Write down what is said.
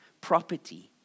property